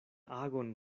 agon